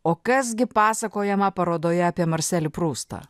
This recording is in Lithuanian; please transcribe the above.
o kas gi pasakojama parodoje apie marselį prustą